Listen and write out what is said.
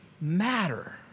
matter